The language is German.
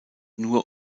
nur